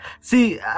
see